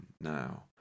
now